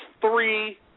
three